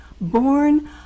born